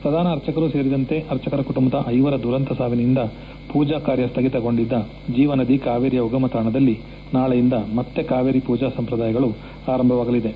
ಪ್ರಧಾನ ಅರ್ಚಕರೂ ಸೇರಿದಂತೆ ಅರ್ಚಕರ ಕುಟುಂಬದ ಐವರ ದುರಂತ ಸಾವಿನಿಂದ ಪೂಜಾ ಕಾರ್ಯ ಸ್ವಗಿತಗೊಂಡಿದ್ದ ಜೀವನದಿ ಕಾವೇರಿಯ ಉಗಮತಾಣದಲ್ಲಿ ನಾಳೆಯಿಂದ ಮತ್ತೆ ಕಾವೇರಿಗೆ ಪೂಜಾ ಕಾರ್ಯಗಳು ಆರಂಭವಾಗಲಿವೆ